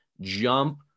jump